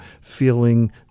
feeling